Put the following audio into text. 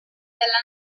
della